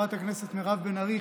שחברת הכנסת מירב בן ארי